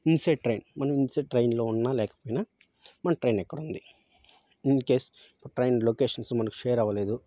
inside train మనం inside ట్రైన్లో ఉన్నా లేకపోయినా మన ట్రైన్ ఎక్కడ ఉంది ఇన్ కేస్ ట్రైన్ లొకేషన్స్ మనకి షేర్ అవ్వలేదు